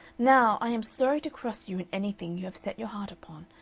now i am sorry to cross you in anything you have set your heart upon,